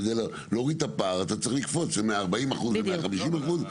כדי להוריד את הפער אתה צריך לקפוץ ל-140% או ל-150%.